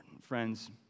Friends